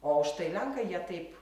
o štai lenkai jie taip